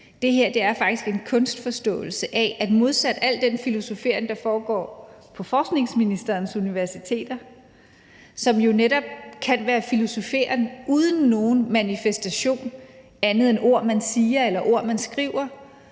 Det her er faktisk en kunstforståelse, der er modsat al den filosoferen, der foregår på uddannelses- og forskningsministerens universiteter, som jo netop kan være filosoferen uden nogen manifestation andet end ord, man siger, eller ord, man skriver.